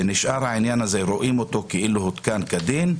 ונשאר העניין הזה של רואים אותו כאילו הותקן כדין,